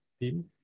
team